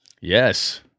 Yes